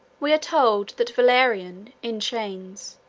we are told that valerian, in chains,